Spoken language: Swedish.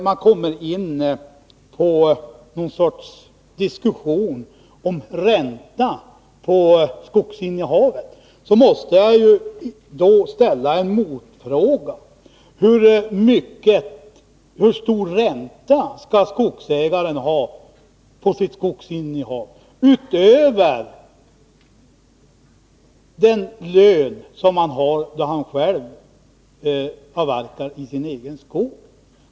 Men när diskussionen kommer in på frågan om räntan på skogsinnehavet måste jag få ställa en motfråga: Hur stor ränta skall skogsägaren ha på sitt skogsinnehav utöver den lön han har då han avverkar sin egen skog?